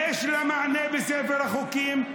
יש לה מענה בספר החוקים.